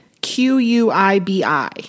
Q-U-I-B-I